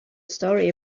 story